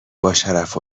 باشرف